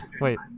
Wait